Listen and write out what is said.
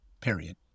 Period